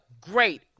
great